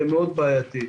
זה מאוד בעייתי.